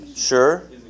Sure